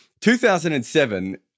2007